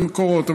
זה מקורות.